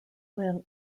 lynn